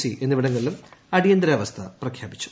C എന്നിവിടങ്ങളിലും അടിയന്തരാവസ്ഥ പ്രഖ്യാപിച്ചു